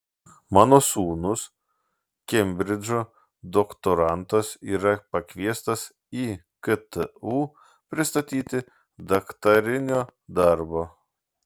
mano sūnus kembridžo doktorantas yra pakviestas į ktu pristatyti daktarinio darbo